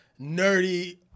nerdy